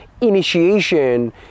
initiation